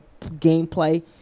gameplay –